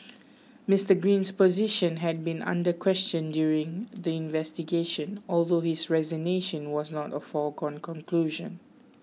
Mister Green's position had been under question during the investigation although his resignation was not a foregone conclusion